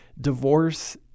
divorce